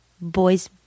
boys